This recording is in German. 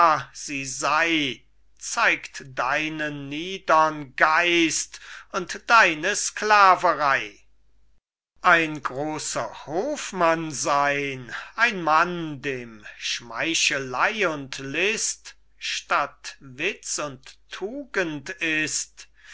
sie sei zeigt deinen niedern geist und deine sklaverei ein großer hofmann sein ein mann dem schmeichelei und list statt witz und tugend ist